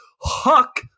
huck